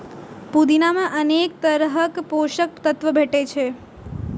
पुदीना मे अनेक तरहक पोषक तत्व भेटै छै